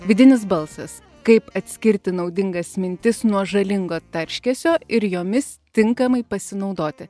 vidinis balsas kaip atskirti naudingas mintis nuo žalingo tarškesio ir jomis tinkamai pasinaudoti